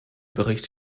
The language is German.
bericht